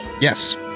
Yes